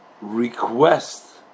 request